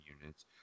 units